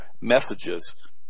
messages